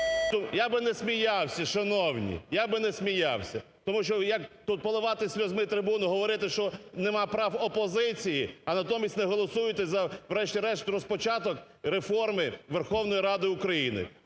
я б не сміявся, шановні, я б не сміявся, тому що як тут поливати сльозами трибуну, говорити, що нема прав опозиції, а натомість не голосуєте за, врешті-решт, розпочаток реформи Верховної Ради України.